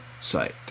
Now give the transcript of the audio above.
site